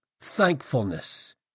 thankfulness